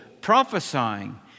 prophesying